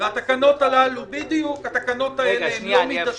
התקנות האלו לא מידתיות,